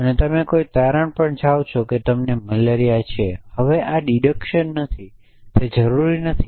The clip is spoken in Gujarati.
અને તમે કોઈ તારણ પર જાઓ છો કે તમને મલેરિયા છે હવે આ કપાત નથી તે જરૂરી નથી